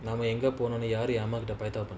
நாமஎங்கபோறோம்னுயாரு:nama enga poromnu yaru